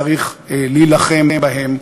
וצריך להילחם בהם,